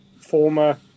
former